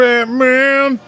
Batman